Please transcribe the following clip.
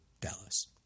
Dallas